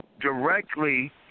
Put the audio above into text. directly